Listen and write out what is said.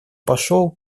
пошел